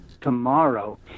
tomorrow